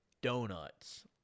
donuts